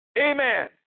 Amen